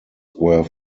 were